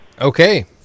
Okay